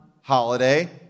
holiday